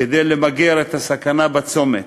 כדי למגר את הסכנה בצומת